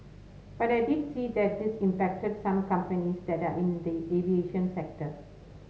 but I did see that this impacted some companies that are in the aviation sector